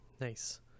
Nice